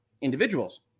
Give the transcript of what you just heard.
individuals